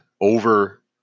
over